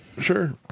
Sure